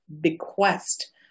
bequest